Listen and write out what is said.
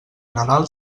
nadal